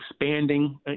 expanding